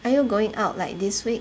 are you going out like this week